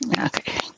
Okay